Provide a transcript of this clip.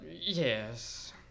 yes